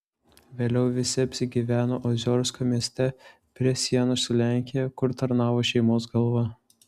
vėliau visi apsigyveno oziorsko mieste prie sienos su lenkija kur tarnavo šeimos galva